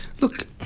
Look